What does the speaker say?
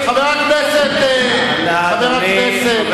חבר הכנסת בר-און,